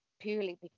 purely